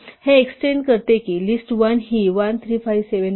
हे एक्सटेन्ड करते की लिस्ट 1 हि 1 3 5 7 9